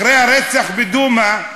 אחרי הרצח בדומא,